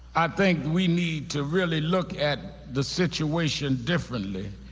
i think we need to really look at the situation differently.